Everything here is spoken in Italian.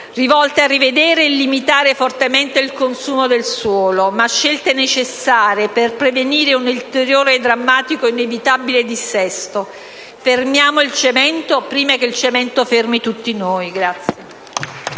rivolte a rivedere e limitare fortemente il consumo del suolo, ma scelte necessarie per prevenire un ulteriore, drammatico ed inevitabile dissesto. Fermiamo il cemento prima che il cemento fermi tutti noi.